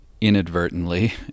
inadvertently